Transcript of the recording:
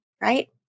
right